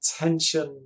attention